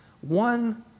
One